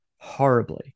horribly